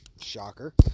Shocker